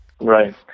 Right